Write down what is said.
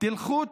תלכו,